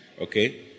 Okay